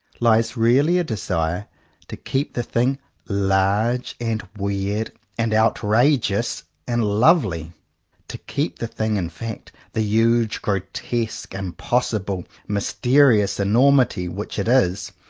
lies really a desire to keep the thing large and weird and out rageous and lovely to keep the thing, in fact, the huge, grotesque, impossible, mysterious enormity which it is,